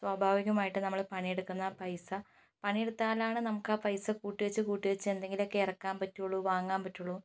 സ്വാഭാവികമായിട്ട് നമ്മള് പണിയെടുക്കുന്ന പൈസ പണിയെടുത്തലാണ് നമുക്കാ പൈസ കൂട്ടിവച്ച് കൂട്ടിവച്ച് എന്തെങ്കിലൊക്കെ ഇറക്കാൻ പറ്റൂള്ളു വാങ്ങാൻ പറ്റൂള്ളു